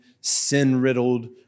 sin-riddled